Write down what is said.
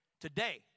today